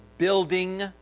building